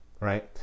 right